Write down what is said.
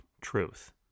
Truth